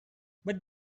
but